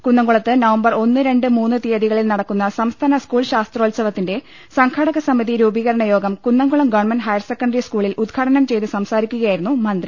കുന്നുകുളത്ത് November ഒന്ന് രണ്ട് മൂന്ന് തീയതികളിൽ നടക്കുന്ന സംസ്ഥാന സ്കൂൾ ശാസ്ത്രോത്സവത്തിന്റെ സംഘാടക സമിതി രൂപീകരണയോഗം കുന്നംകുളം ഗവൺമെന്റ് ഹയർ സെക്കണ്ടറി സ്കൂളിൽ ഉദ്ഘാടനം ചെയ്ത് സംസാരിക്കുകയായിരുന്നു മന്ത്രി